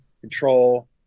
control